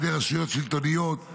על ידי רשויות שלטוניות,